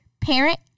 parent